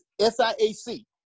S-I-A-C